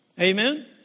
Amen